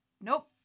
nope